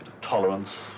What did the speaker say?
tolerance